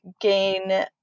gain